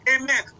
Amen